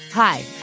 Hi